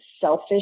selfish